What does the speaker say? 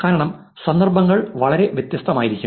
കാരണം സന്ദർഭങ്ങൾ വളരെ വ്യത്യസ്തമായിരിക്കും